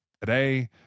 Today